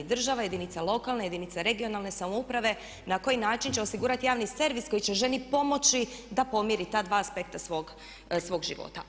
Država, jedinica lokalne, jedinica regionalne samouprave na koji način će osigurati javni servis koji će ženi pomoći da pomiri ta dva aspekta svog života.